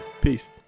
peace